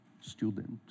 student